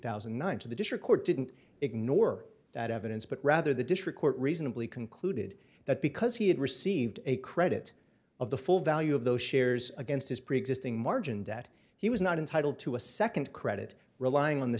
thousand and nine to the district court didn't ignore that evidence but rather the district court reasonably concluded that because he had received a credit of the full value of those shares against his preexisting margin debt he was not entitled to a second credit relying on the